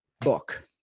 book